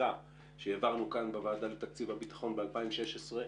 החקיקה שהעברנו כאן בוועדה לתקציב הביטחון ב-2016,